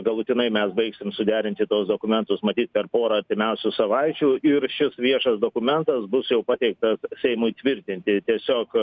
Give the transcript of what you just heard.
galutinai mes baigsim suderinti tuos dokumentus matyt per porą artimiausių savaičių ir šis viešas dokumentas bus jau pateiktas seimui tvirtinti tiesiog